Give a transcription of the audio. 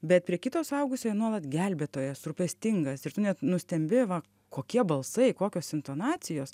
bet prie kito suaugusiojo nuolat gelbėtojas rūpestingas ir tu net nustembi va kokie balsai kokios intonacijos